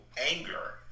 anger